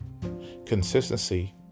Consistency